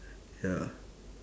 ya